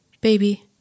baby